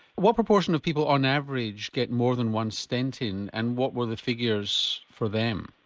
what proportion of people on average get more than one stent in and what were the figures for them?